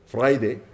Friday